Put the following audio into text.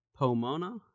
Pomona